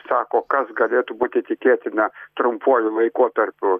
sako kas galėtų būti tikėtina trumpuoju laikotarpiu